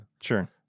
Sure